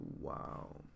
Wow